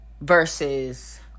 versus